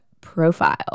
profile